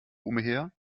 umher